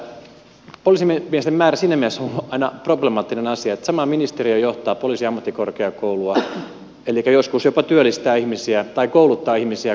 poliisimiesten määrä siinä mielessä on aina problemaattinen asia että sama ministeriö johtaa poliisiammattikorkeakoulua elikkä joskus jopa kouluttaa ihmisiä kortistoon